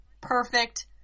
perfect